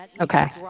Okay